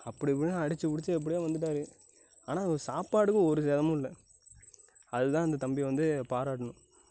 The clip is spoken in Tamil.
அப்படி இப்படின்னு அடிச்சு பிடிச்சு எப்படியோ வந்துட்டார் ஆனால் சாப்பாடுக்கு ஒரு சேதமும் இல்லை அது தான் அந்த தம்பியை வந்து பாராட்டணும்